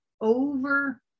over